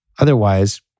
Otherwise